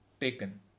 taken